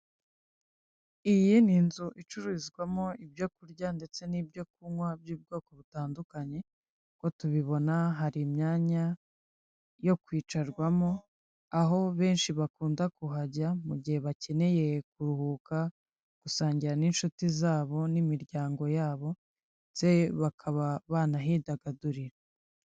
Iyi ni inzu icururizwamo ibyo kurya ndetse n'ibyo kunywa by'ubwoko butandukanye, uko tubibona hari imyanya yo kwicarwamo, aho benshi bakunda kuhajya mu gihe bakeneye kuruhuka, gusangira n'inshuti zabo n'imiryango yabo ndetse bakaba banahidagadurira.